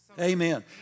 Amen